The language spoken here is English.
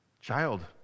child